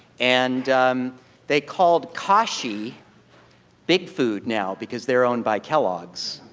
and they called kashi big food now, because they are owned by kellogg's.